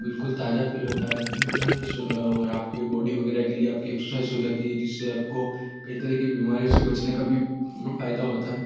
बिल्कुल ताजा फ़ील होता है और आपके बोडी वगैरह के लिए आपकी एक्ससाइस हो जाती है जिससे आपको कई तरह की बीमारियों से बचने का भी फ़ायदा होता है